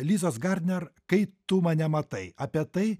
alisos garneri kai tu mane matai apie tai